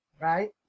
right